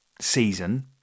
season